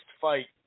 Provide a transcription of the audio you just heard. fight